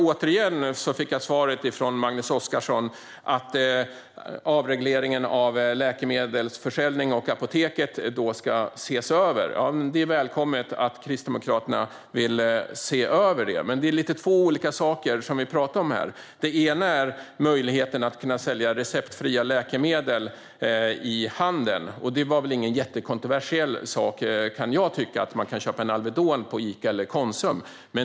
Återigen fick jag svaret från Magnus Oscarsson att avregleringen av läkemedelsförsäljning och apoteket ska ses över. Ja, det är välkommet att Kristdemokraterna vill se över detta, men det handlar om två olika saker. Den ena är möjligheten att sälja receptfria läkemedel i handeln, och det var väl inte någon jättekontroversiell sak kan jag tycka, att man kan köpa Alvedon på Ica eller Konsum.